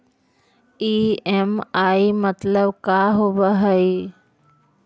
EMI मतलब का होब हइ?